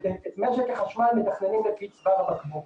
את משק החשמל מתכננים לפי צוואר הבקבוק.